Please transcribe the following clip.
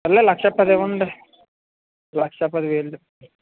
సర్లే లక్ష పది ఇవ్వండి లక్ష పది వేలు